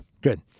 good